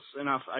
enough